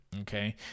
okay